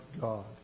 God